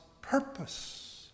purpose